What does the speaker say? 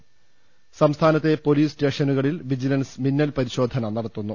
്മ് സംസ്ഥാനത്തെ പൊലീസ് സ്റ്റേഷനുകളിൽ വിജിലൻസ് മിന്നൽ പരിശോധന നടത്തുന്നു